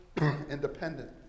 independent